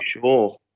sure